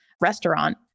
Restaurant